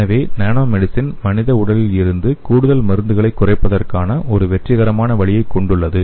எனவே nano medicine மனித உடலில் இருந்து கூடுதல் மருந்துகளைக் குறைப்பதற்கான ஒரு வெற்றிகரமான வழியைக் கொண்டுள்ளது